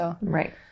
Right